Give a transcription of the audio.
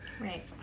Right